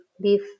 leave